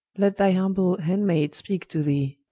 let thy humble hand-maid speake to thee